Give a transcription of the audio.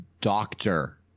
doctor